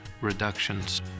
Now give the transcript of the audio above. reductions